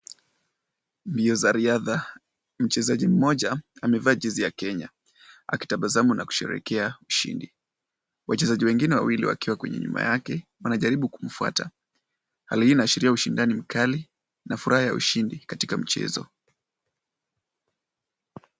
Mbio za riadha , mchezaji mmoja amevaa jezi ya Kenya akitabasamu na kusherehekea ushindi , wachezaji wengine wawili wakiwa kwenye wako nyuma yake wanajaribu kumfuata ,hali hii inaashiria ushindi mkali na furaha ya ushindi katika michezo .